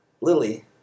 Lily